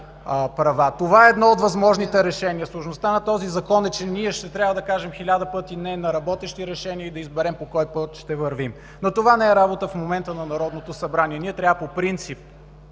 права. Това е едно от възможните решения. Сложността на този Закон е, че ние ще трябва да кажем хиляда пъти „не” на работещи решения и да изберем по кой път ще вървим. Но в момента това не е работа на Народното събрание. Ние трябва по принцип